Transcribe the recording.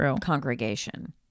congregation